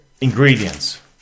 Ingredients